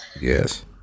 Yes